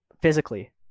physically